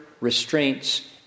restraints